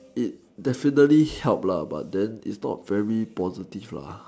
it definitely helped lah but then it's not very positive lah